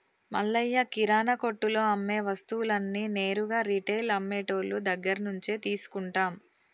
మల్లయ్య కిరానా కొట్టులో అమ్మే వస్తువులన్నీ నేరుగా రిటైల్ అమ్మె టోళ్ళు దగ్గరినుంచే తీసుకుంటాం